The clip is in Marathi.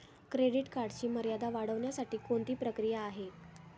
क्रेडिट कार्डची मर्यादा वाढवण्यासाठी कोणती प्रक्रिया आहे?